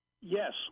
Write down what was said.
yes